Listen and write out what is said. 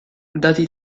dati